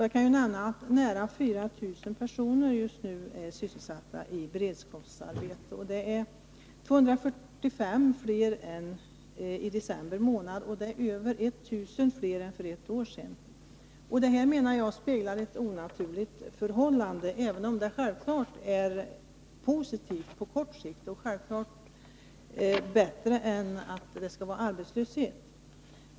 Jag kan ju nämna att närmare 4 000 personer just nu är sysselsatta i beredskapsarbete. Det är 245 fler än i december månad och det är över 1000 fler än för ett år sedan. Detta, menar jag, speglar ett onaturligt förhållande, även om det självfallet är positivt på kort sikt och självfallet också är bättre än arbetslöshet.